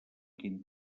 quin